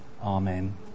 Amen